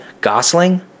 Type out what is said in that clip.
Gosling